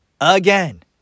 again